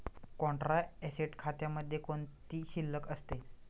Contra asset खात्यामध्ये कोणती शिल्लक असते?